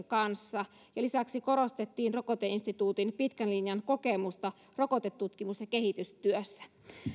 kanssa ja lisäksi korostettiin rokoteinstituutin pitkän linjan kokemusta rokotetutkimus ja kehitystyössä